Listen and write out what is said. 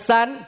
Son